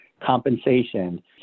compensation